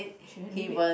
she can leave it